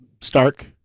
Stark